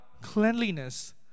cleanliness